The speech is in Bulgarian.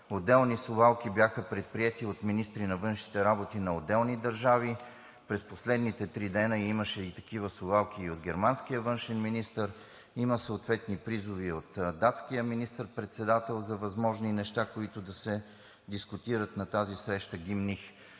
Отделни совалки бяха предприети от министри на външните работи на отделни държави. През последните три дни имаше такива совалки и от германския външен министър, има съответни призиви и от датския министър-председател за възможни неща, които да се дискутират на срещата „Гимних“.